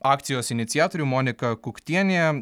akcijos iniciatorių monika kuktienė